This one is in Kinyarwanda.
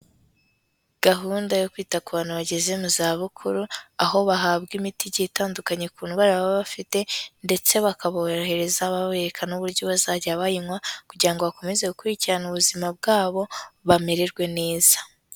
Gahunda yo kwita ku bantu bageze mu zabukuru aho bahabwa imiti igiye itandukanye ku ndwara baba bafite ndetse bakaborohereza babereka n'uburyo bazajya bayinywa kugira ngo bakomeze gukurikirana ubuzima bwabo bamererwe neza.